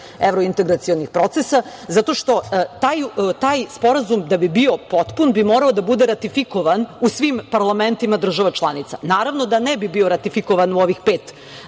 evrointegracionih procesa zato što taj sporazum da bi bio potpun bi morao da bude ratifikovan u svim parlamentima država članica. Naravno da ne bi bio ratifikovan u ovih pet